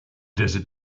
desert